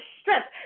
strength